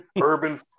urban